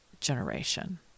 generation